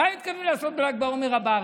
בל"ג בעומר הבא.